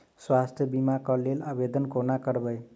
स्वास्थ्य बीमा कऽ लेल आवेदन कोना करबै?